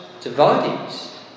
devotees